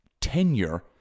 tenure